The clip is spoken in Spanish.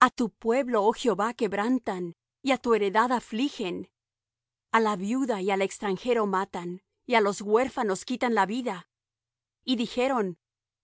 a tu pueblo oh jehová quebrantan y á tu heredad afligen a la viuda y al extranjero matan y á los huérfanos quitan la vida y dijeron